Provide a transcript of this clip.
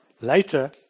Later